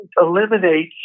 eliminate